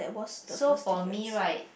so for me right